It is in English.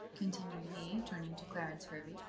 continued he, turning to clarence hervey,